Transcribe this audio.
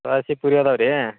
ದ್ವಾಸೆ ಪೂರಿ ಇದಾವ್ ರೀ